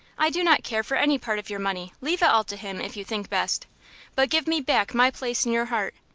i do not care for any part of your money leave it all to him, if you think best but give me back my place in your heart.